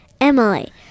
Emily